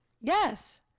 yes